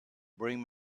bring